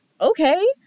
okay